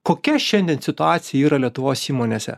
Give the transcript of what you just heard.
kokia šiandien situacija yra lietuvos įmonėse